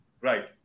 right